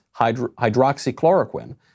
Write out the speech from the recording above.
hydroxychloroquine